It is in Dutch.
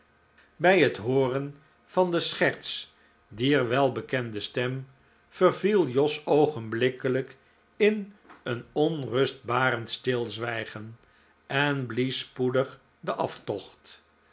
bij het hooren van de scherts dier welbekende stem verviel jos oogenblikkelijk in een onrustbarend stilzwijgen en blies spoedig den aftocht